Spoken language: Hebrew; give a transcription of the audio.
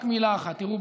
רק מילה אחת: תראו,